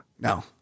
No